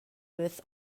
with